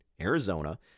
Arizona